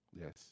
Yes